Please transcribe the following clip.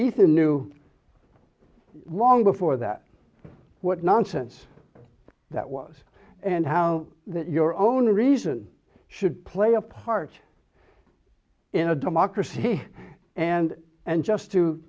ethan knew long before that what nonsense that was and how that your only reason should play a part in a democracy and and just to